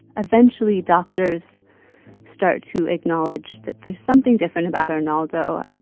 eventually, doctors start to acknowledge that there's something different about arnaldo.